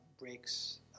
breaks